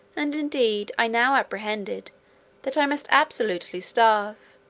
and indeed i now apprehended that i must absolutely starve,